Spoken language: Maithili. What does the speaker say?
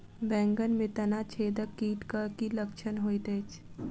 बैंगन मे तना छेदक कीटक की लक्षण होइत अछि?